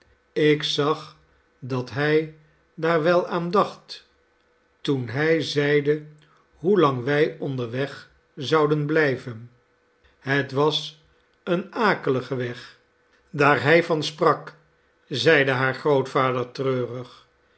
ik zag dat hij daar wel aan dacht toen hij zeide hoelang wij onderweg zouden blijven het was een akelige weg daar hij van sprak zeide haar grootvader treurig